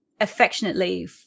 affectionately